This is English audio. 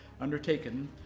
undertaken